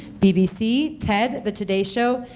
bbc, ted, the today show,